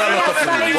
דברים סתם.